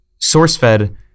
SourceFed